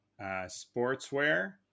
sportswear